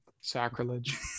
sacrilege